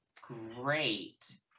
great